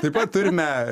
taip pat turime